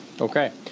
Okay